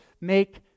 make